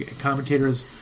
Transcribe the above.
commentators